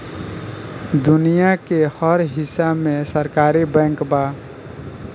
दुनिया के हर हिस्सा में सहकारी बैंक बा